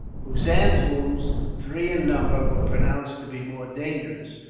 hossein's wounds, three in number, were pronounced to be more dangerous,